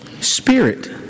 Spirit